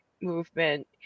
movement